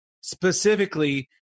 specifically